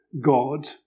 God